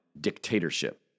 dictatorship